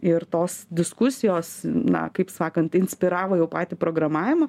ir tos diskusijos na kaip sakant inspiravo jau patį programavimą